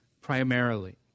primarily